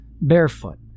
Barefoot